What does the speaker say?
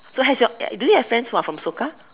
so have you do you have friends who are from Soka